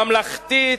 ממלכתית,